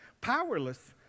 Powerless